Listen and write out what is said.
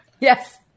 Yes